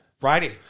Friday